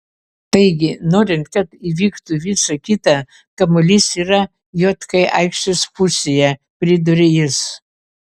taigi norint kad įvyktų visa kita kamuolys yra jk aikštės pusėje pridūrė jis